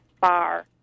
bar